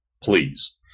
please